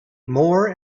more